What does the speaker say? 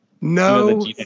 No